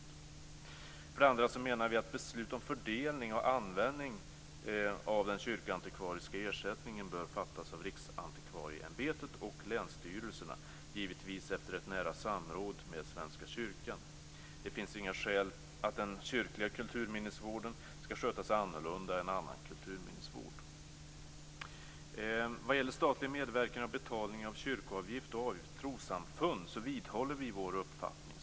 För det andra menar vi att beslut om fördelning och användning av den kyrkoantikvariska ersättningen bör fattas av Riksantikvarieämbetet och länsstyrelserna, givetvis efter ett nära samråd med Svenska kyrkan. Det finns inga skäl att den kyrkliga kulturminnesvården skall skötas annorlunda än annan kulturminnesvård. Vad gäller statlig medverkan vid betalning av kyrkoavgift och avgift till trossamfund vidhåller vi vår uppfattning.